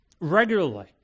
Regularly